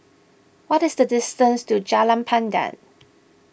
what is the distance to Jalan Pandan